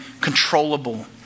controllable